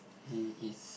he is